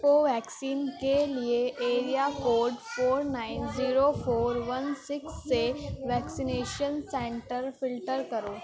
کو ویکسین کے لیے area code four nine zero four one six سے ویکسینیشن سینٹر فلٹر کرو